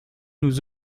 nous